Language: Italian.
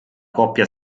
coppia